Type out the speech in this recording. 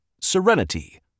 Serenity